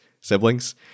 siblings